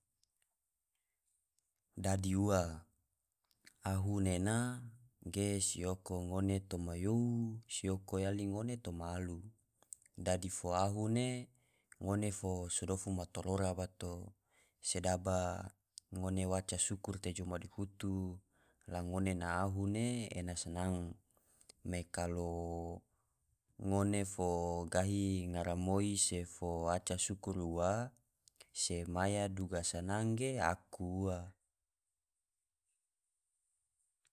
Dadi ua, ahu nena ge sioko ngone toma you, sioko yali ngone toma alu dadi fo ahu ne ngone fo so dpfu matorora bato sedaba ngone waca sukur te jou madihutu la ngone na ahu ne ena sanang, me kalo ngone fo gahi ngaramoi se fo waca sukur ua se maya duga sanang ge aku ua.